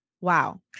Wow